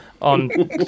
on